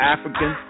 African